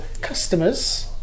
customers